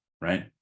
right